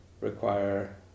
require